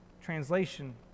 translation